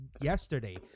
yesterday